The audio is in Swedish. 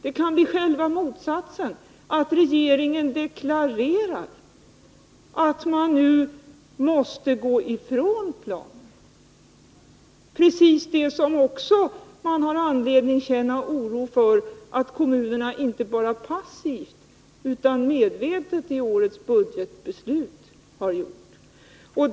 Man har i stället anledning att känna oro för att regeringen deklarerar att man måste gå ifrån planen precis som kommunerna har gjort, inte bara passivt utan medvetet i årets budgetbeslut.